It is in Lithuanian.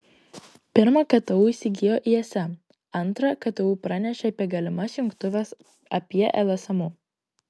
pirma ktu įsigijo ism antra ktu pranešė apie galimas jungtuves apie lsmu